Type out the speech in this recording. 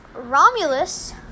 Romulus